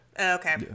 Okay